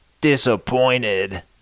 disappointed